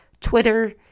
Twitter